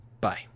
Bye